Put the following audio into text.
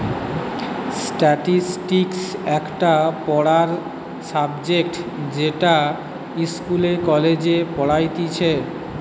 statistics একটা পড়ার subject যেটা ইস্কুলে, কলেজে পড়াইতিছে